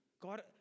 God